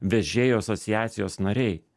vežėjų asociacijos nariai